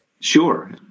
Sure